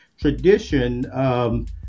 tradition